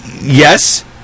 Yes